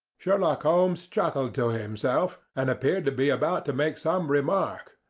sherlock holmes chuckled to himself, and appeared to be about to make some remark,